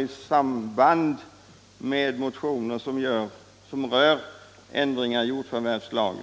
i samband med motioner som rör ändringar i denna lag.